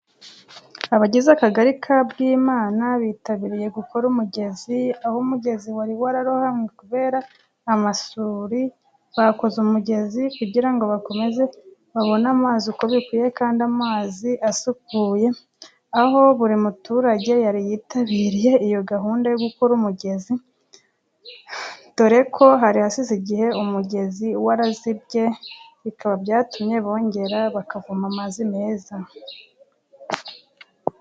Abagize akagari ka Bwimana bitabiriye gukora umugezi, aho umugezi wari wararohamye kubera amasuri, bakoze umugezi kugira ngo bakomeze babone amazi uko bikwiye kandi amazi asukuye, aho buri muturage yari yitabiriye iyo gahunda yo gukora umugezi, dore ko hari hashize igihe umugezi warazibye bikaba byatumye bongera bakavoma amazi meza.